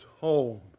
home